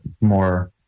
more